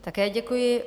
Také děkuji.